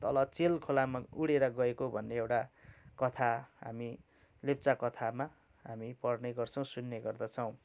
तल चेल खोलामा उडेर गएको भन्ने एउटा कथा हामी लेप्चा कथामा हामी पढ्ने गर्छौँ सुन्ने गर्दछौँ